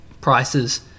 prices